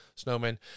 snowmen